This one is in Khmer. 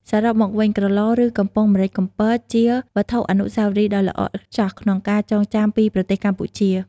សរុបមកវិញ ក្រឡ ឬ កំប៉ុងម្រេចកំពតជាវត្ថុអនុស្សាវរីយ៍ដ៏ល្អឥតខ្ចោះក្នុងការចងចាំពីប្រទេសកម្ពុជា។